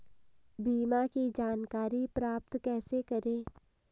बीमा की जानकारी प्राप्त कैसे करें?